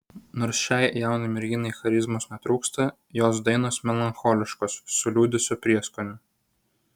nors šiai jaunai merginai charizmos netrūksta jos dainos melancholiškos su liūdesio prieskoniu